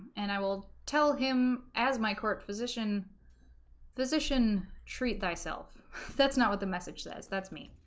and i will tell him as my court physician physician treat thyself that's not what the message says that's me